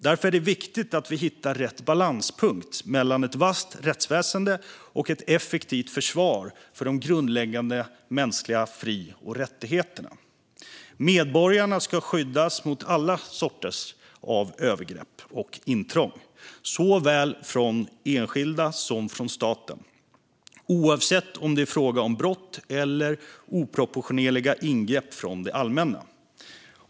Därför är det viktigt att vi hittar rätt balanspunkt mellan ett vasst rättsväsen och ett effektivt försvar för de grundläggande mänskliga fri och rättigheterna. Medborgarna ska skyddas mot alla sorters övergrepp och intrång, såväl från enskilda som från staten och oavsett om det är fråga om brott eller oproportionerliga ingrepp från det allmänna.